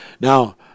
Now